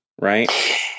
right